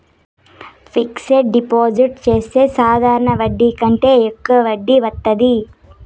fixed deposit చెత్తే సాధారణ వడ్డీ కంటే యెక్కువ వడ్డీ వత్తాది